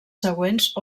següents